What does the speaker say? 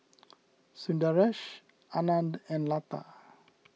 Sundaresh Anand and Lata